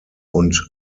und